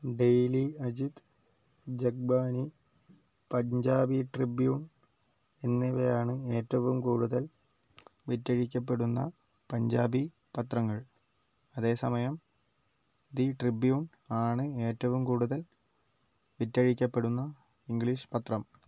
daily Ajit Jagbani Punjabi tribune എന്നിവയാണ് ഏറ്റവും കൂടുതൽ വിറ്റഴിക്കപ്പെടുന്ന പഞ്ചാബി പത്രങ്ങൾ അതേസമയം ദി ട്രിബ്യൂൺ ആണ് ഏറ്റവും കൂടുതൽ വിറ്റഴിക്കപ്പെടുന്ന ഇംഗ്ലീഷ് പത്രം